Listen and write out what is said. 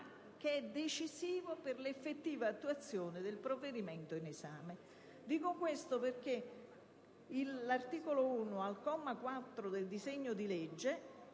che è decisivo per l'effettiva attuazione del provvedimento in esame. Dico questo perché l'articolo 1, comma 4, del disegno di legge